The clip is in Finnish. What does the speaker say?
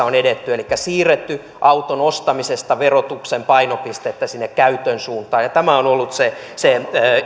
on edetty elikkä siirretty auton ostamisesta verotuksen painopistettä sinne käytön suuntaan tämä on ollut se se